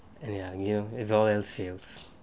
and ya